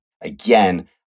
Again